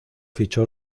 fichó